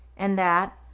and that,